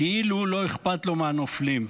כאילו לא אכפת לו מהנופלים.